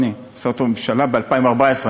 עשתה אותו הממשלה ב-2014.